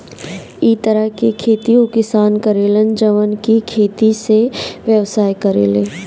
इ तरह के खेती उ किसान करे लन जवन की खेती से व्यवसाय करेले